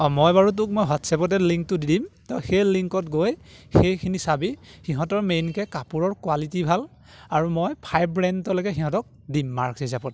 অঁ মই বাৰু তোক মই হোৱাটছএপতে লিংকটো দিম তই সেই লিংকত গৈ সেইখিনি চাবি সিহঁতৰ মেইনকে কাপোৰৰ কোৱালিটি ভাল আৰু মই ফাইভ ব্ৰেণ্ডলৈকে সিহঁতক দিম মাৰ্কছ হিচাপত